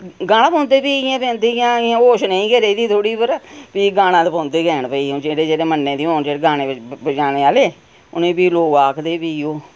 गाना पौंदा ऐ फ्ही इयां दिंदियां होश नेईं गै रेह् दी थोड़ीज पर गाने ते पौंदे गे न भई हून जेह्ड़े जेह्ड़े मन्ने दे होन जेह्ड़े गाने बजाने आह्ले उनेंगी फ्ही लोक आखदे फ्ही ओह्